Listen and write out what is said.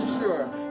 sure